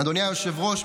אדוני היושב-ראש,